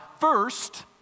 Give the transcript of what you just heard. First